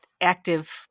active